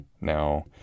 now